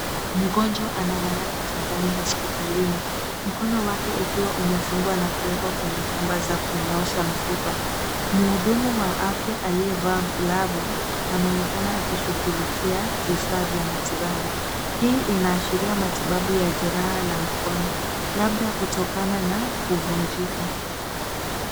Mgonjwa analala kitandani hospitalini. Mkono wake ukiwa umefungwa na kuwekwa kwenye kamba za kunyoosha mfupa. Mhudumu wa afya aliyevaa glavu anaonekana akishughulikia vifaa vya matibabu. Hii inaashiria matibabu ya jeraha la mkono labda kutokana na kuvunjika.